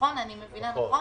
אני מבינה נכון?